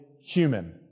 human